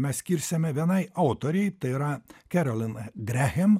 mes skirsime vienai autorei tai yra keralin drehem